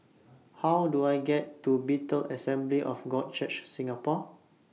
How Do I get to Bethel Assembly of God Church Singapore